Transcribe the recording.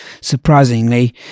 surprisingly